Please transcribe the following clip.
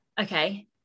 Okay